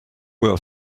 will